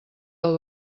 del